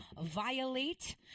violate